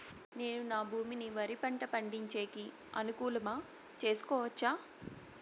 నేను నా భూమిని వరి పంట పండించేకి అనుకూలమా చేసుకోవచ్చా?